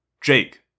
Jake